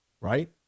right